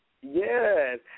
Yes